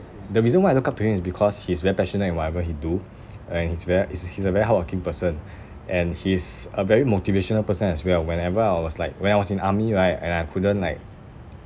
the reason why I look up to him is because he's very passionate in whatever he do and he's very is he's a very hardworking person and he's a very motivational person as well whenever I was like when I was in army right and I couldn't like